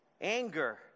Anger